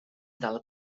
del